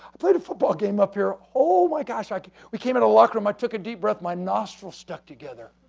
played a football game up here, oh my gosh, like we came in a locked room, i took a deep breath my nostrils stuck together.